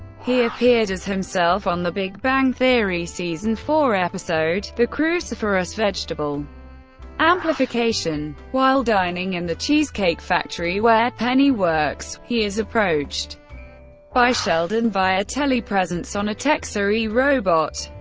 he appeared as himself on the big bang theory season four episode the cruciferous vegetable amplification. while dining in the cheesecake factory where penny works, he is approached by sheldon via telepresence on a texai robot.